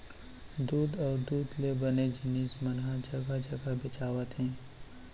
दूद अउ दूद ले बने जिनिस मन ह जघा जघा बेचावत हे